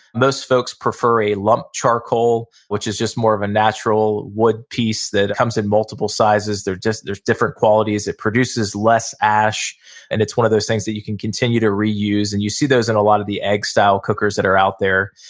most folks prefer a lump charcoal which is just more of a natural wood piece that comes in multiple sizes. there's different qualities, it produces less ash and it's one of those things that you can continue to reuse and you see those in a lot of the egg style cookers that are out there.